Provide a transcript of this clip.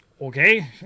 okay